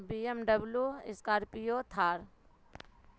BMW scorpio Thar